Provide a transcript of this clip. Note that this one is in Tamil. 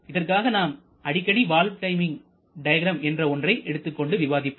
இதற்காக நாம் அடிக்கடி வால்வு டைமிங் டயக்ராம் என்ற ஒன்றை எடுத்துக்கொண்டு விவாதிப்போம்